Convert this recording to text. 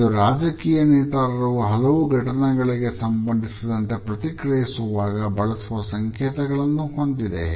ಇದು ರಾಜಕೀಯ ನೇತಾರರು ಕೆಲವು ಘಟನೆಗಳಿಗೆ ಸಂಬಂಧಿಸಿದಂತೆ ಪ್ರತಿಕ್ರಿಯಿಸುವಾಗ ಬಳಸುವ ಸಂಕೇತಗಳನ್ನು ಹೊಂದಿದೆ